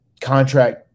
contract